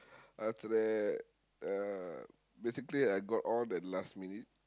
after that uh basically I got on the last minute